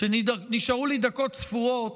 כשנשארו לי דקות ספורות,